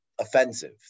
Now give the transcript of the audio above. offensive